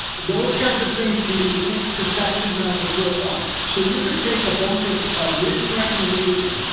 those kinds of things can be linked to sections on your profile. so you could take a bunch of written recommendations,